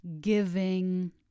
giving